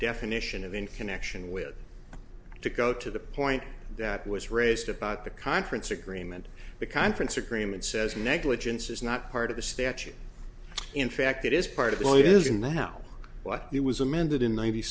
definition of in connection with to go to the point that was raised about the conference agreement the conference agreement says negligence is not part of the statute in fact it is part of the it is in the house what it was amended in ninety